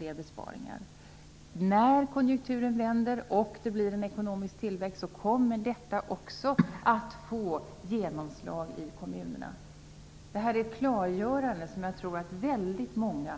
Kan regeringen säga att när konjunkturen vänder och det blir en ekonomisk tillväxt, så kommer detta att få genomslag också i kommunerna? Detta är klargöranden som jag faktiskt tror att väldigt många